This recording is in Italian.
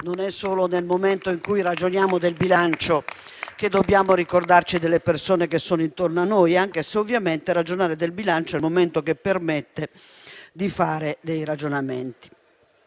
Non è solo nel momento in cui ragioniamo del bilancio, infatti, che dobbiamo ricordarci delle persone che sono intorno a noi, anche se ovviamente ragionare del bilancio è il momento che permette di fare dei ragionamenti.